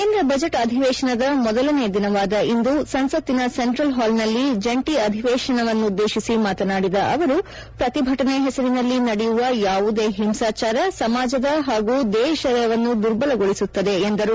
ಕೇಂದ್ರ ಬಜೆಟ್ ಅಧಿವೇಶನದ ಮೊದಲನೇ ದಿನವಾದ ಇಂದು ಸಂಸತ್ತಿನ ಸೆಂಟ್ರಲ್ ಹಾಲ್ ನಲ್ಲಿ ಜಂಟಿ ಅಧಿವೇಶನವನ್ನುದ್ದೇತಿಸಿ ಮಾತನಾಡಿದ ಅವರು ಪ್ರತಿಭಟನೆ ಹೆಸರಿನಲ್ಲಿ ನಡೆಯುವ ಯಾವುದೇ ಹಿಂಸಾಚಾರ ಸಮಾಜದ ಹಾಗೂ ದೇಶವನ್ನು ದುರ್ಬಲಗೊಳಸುತ್ತದೆ ಎಂದರು